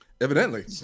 Evidently